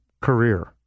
career